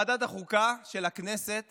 ועדת החוקה של הכנסת